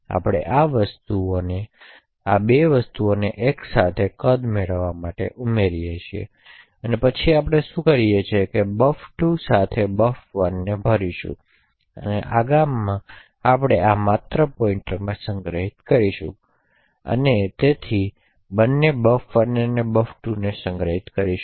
હવે આપણે આ 2 વસ્તુઓને એક સાથે કદ મેળવવા માટે ઉમેરીએ છીએ અને પછી આપણે શું કરીએ છીએ કે આપણે બફર 2 સાથે બફર 1ને ભરીશું તેથી આગામી આપણે શું આપણે માત્ર પોઇન્ટર માં સંગ્રહિત કરીશું પણે બંને buffer1 અને buffer2 ને સંગ્રહિત કરીશું